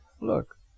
look